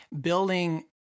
building